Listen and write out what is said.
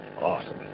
Awesome